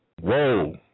Whoa